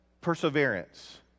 perseverance